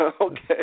Okay